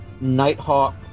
Nighthawk